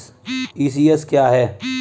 ECS क्या है?